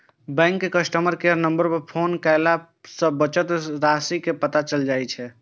bank के customer care number पर phone कयला सं बचत राशिक पता चलि जाइ छै